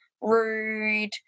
rude